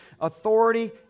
Authority